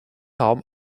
raum